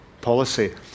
policy